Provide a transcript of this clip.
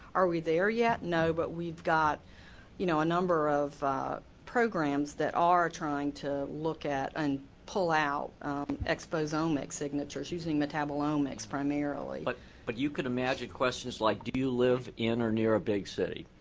are we there yet? no. but we have you know a number of programs that are trying to look at and pull out exposomic signatures using metabolomics primarily. but but you can imagine questions like, do you live in or near a big city.